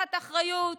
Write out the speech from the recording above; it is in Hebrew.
לקחת אחריות